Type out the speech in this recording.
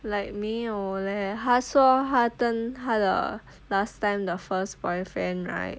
like 没有 leh 她说她跟她的 last time the first boyfriend right